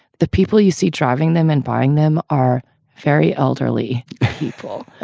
the people you see driving them and buying them are very elderly people.